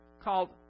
called